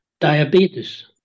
diabetes